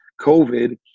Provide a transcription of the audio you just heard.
COVID